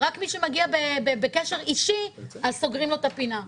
רק מי שמגיע בקשר אישי, אז סוגרים לו את הפינה.